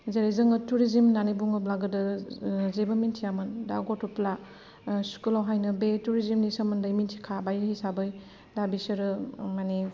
जेरै जोङो टुरिसिम होननानै बुङोब्ला गोदो जेबो मिन्थियामोन दा गथ'फ्रा स्कुलावनो बे टुरिसिमनि सोमोन्दै मिन्थिखाबाय हिसाबै दा बिसोरो माने